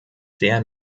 sehr